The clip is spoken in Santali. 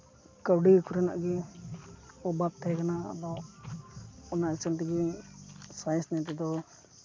ᱠᱟᱹᱣᱰᱤ ᱠᱚᱨᱮᱱᱟᱜ ᱜᱮ ᱚᱵᱷᱟᱵ ᱛᱟᱦᱮᱸ ᱠᱟᱱᱟ ᱟᱫᱚ ᱚᱱᱟ ᱛᱮᱜᱮ ᱥᱟᱭᱮᱱᱥ ᱱᱤᱭᱮ ᱛᱮᱫᱚ